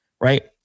right